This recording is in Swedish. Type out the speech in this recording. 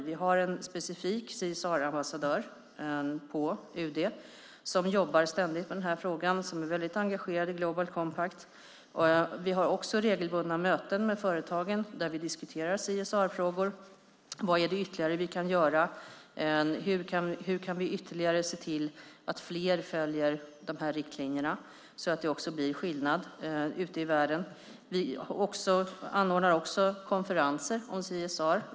Vi har en specifik CSR-ambassadör på UD som ständigt jobbar med den här frågan och som är mycket engagerad i Global Compact. Vi har regelbundna möten med företag där vi diskuterar CSR-frågor för att se vad vi ytterligare kan göra, hur vi kan få fler att följa de här riktlinjerna så att det blir skillnad ute i världen. Vi anordnar konferenser om CSR.